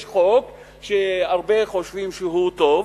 יש חוק שהרבה חושבים שהוא טוב,